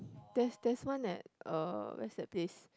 there's there's one at uh where's that place